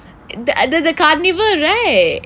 the carnival right